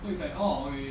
is at all